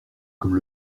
comme